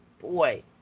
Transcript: Boy